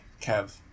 Kev